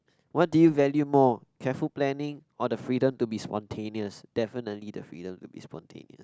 what do you value more careful planning or the freedom to be spontaneous definitely the freedom to be spontaneous